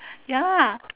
ya